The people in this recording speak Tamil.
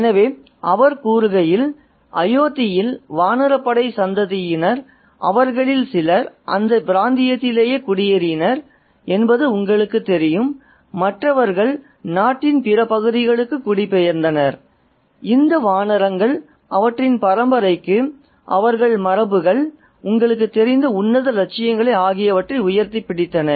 எனவே அவர் கூறுகையில் அயோத்தியில் வானரப்படை சந்ததியினர் அவர்களில் சிலர் அந்த பிராந்தியத்திலேயே குடியேறினர் என்பது உங்களுக்குத் தெரியும் மற்றவர்கள் நாட்டின் பிற பகுதிகளுக்கு குடிபெயர்ந்தனர் இந்த வானரங்கள் அவற்றின் பரம்பரைக்கு அவர்களின் மரபுகள் உங்களுக்குத் தெரிந்த உன்னத இலட்சியங்கள் ஆகியவற்றை உயர்த்திப் பிடித்தன